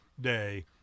day